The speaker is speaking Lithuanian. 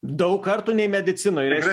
daug kartų nei medicinoj ir